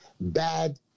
Bad